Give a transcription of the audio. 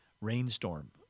rainstorm